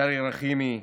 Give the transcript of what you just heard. שרי רחימי,